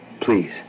Please